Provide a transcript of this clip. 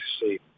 see